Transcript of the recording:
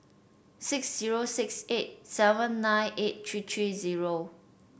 six zero six eight seven nine eight three three zero